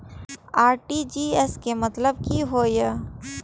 RTGS के मतलब की होय ये?